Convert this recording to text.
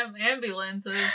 Ambulances